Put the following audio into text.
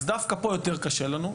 אז דווקא פה יותר קשה לנו.